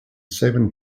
seven